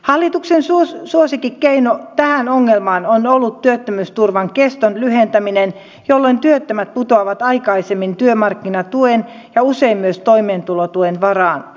hallituksen suosikkikeino tähän ongelmaan on ollut työttömyysturvan keston lyhentäminen jolloin työttömät putoavat aikaisemmin työmarkkinatuen ja usein myös toimeentulotuen varaan